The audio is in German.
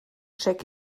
check